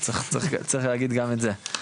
אז צריך להגיד גם את זה.